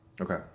Okay